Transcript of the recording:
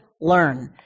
learn